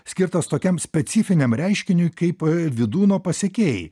skirtas tokiam specifiniam reiškiniui kaip vydūno pasekėjai